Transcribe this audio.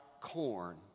corn